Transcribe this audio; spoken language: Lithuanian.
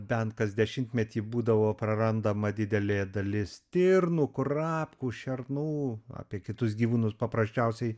bent kas dešimtmetį būdavo prarandama didelė dalis stirnų kurapkų šernų apie kitus gyvūnus paprasčiausiai